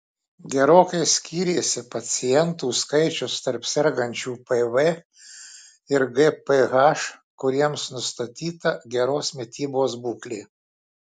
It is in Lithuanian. gerokai skyrėsi pacientų skaičius tarp sergančių pv ir gph kuriems nustatyta geros mitybos būklė